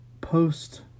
post